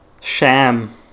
sham